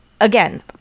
Again